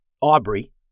Aubrey